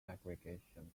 segregation